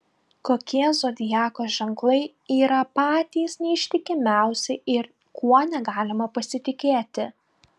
kokie zodiako ženklai yra patys neištikimiausi ir kuo negalima pasitikėti